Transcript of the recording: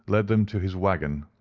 led them to his waggon,